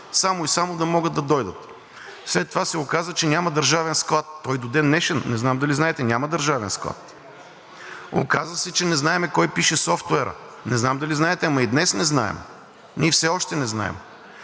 само и само да могат да дойдат. След това се оказа, че няма държавен склад. То и до ден днешен – не знам дали знаете – няма държавен склад. Оказа се, че не знаем кой пише софтуера. Не знам дали знаете, ама и днес не знаем. Все още не знаем.